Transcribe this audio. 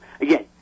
Again